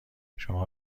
شما